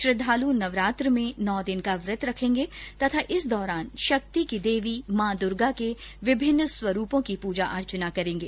श्रद्धाल नवरात्र में नौ दिन व्रत रखेंगे तथा इस दौरान शक्ति की देवी मां दूर्गा के विभिन्न स्वरुपों की पूजा अर्चना करेंगे